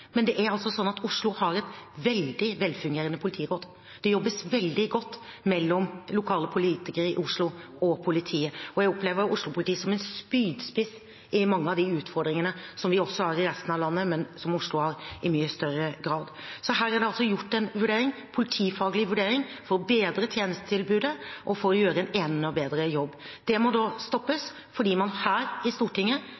men det er altså sånn at Oslo har et veldig velfungerende politiråd. Det jobbes veldig godt mellom lokale politikere i Oslo og politiet, og jeg opplever Oslo-politiet som en spydspiss i mange av de utfordringene som vi også har i resten av landet, men som Oslo har i mye større grad. Her er det altså gjort en politifaglig vurdering for å bedre tjenestetilbudet og for å gjøre en enda bedre jobb. Det må da